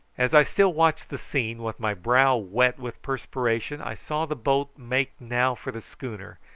as i still watched the scene, with my brow wet with perspiration, i saw the boat make now for the schooner,